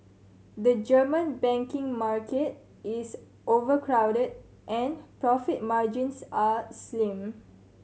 the German banking market is overcrowded and profit margins are slim